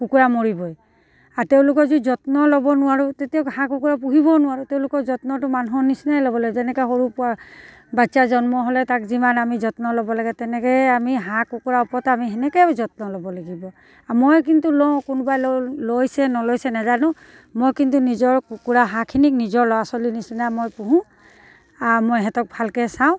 কুকুৰা মৰিবই আৰু তেওঁলোকৰ যি যত্ন ল'ব নোৱাৰোঁ তেতিয়াও হাঁহ কুকুৰা পুহিব নোৱাৰোঁ তেওঁলোকৰ যত্নটো মানুহৰ নিচিনাই ল'ব লাগে যেনেকৈ সৰু বাচ্ছা জন্ম হ'লে তাক যিমান আমি যত্ন ল'ব লাগে তেনেকৈয়ে আমি হাঁহ কুকুৰা ওপৰত আমি সেনেকৈয়ে যত্ন ল'ব লাগিব মই কিন্তু লওঁ কোনোবাই লৈছে নলৈছে নাজানো মই কিন্তু নিজৰ কুকুৰা হাঁহখিনিক নিজৰ ল'ৰা ছোৱালীৰ নিচিনাই মই পুহোঁ আৰু মই সিহঁতক ভালকৈ চাওঁ